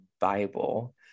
Bible